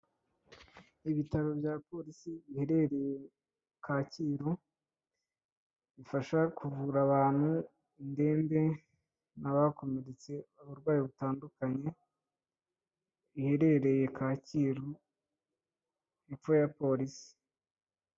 Ibitaro bya polisi biherereye Kacyiru, bifasha kuvura abantu, indembe, abakomeretse, uburwayi butandukanye, iherereye Kacyiru, epfo ya polisi.